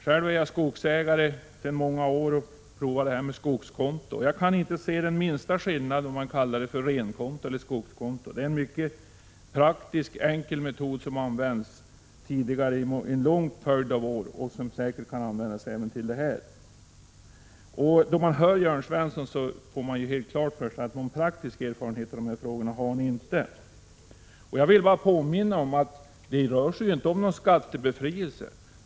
Själv är jag skogsägare sedan många år och har provat skogskonto. Det är en mycket praktisk och enkel metod som använts under en lång följd av år och som säkert kan användas även till detta ändamål. Jag kan inte se den minsta skillnad, om man kallar det för renkonto eller skogskonto. När man hör Jörn Svensson får man helt klart för sig att någon praktisk erfarenhet i de här frågorna har ni inte. Jag vill bara påminna om att det inte rör sig om någon skattebefrielse.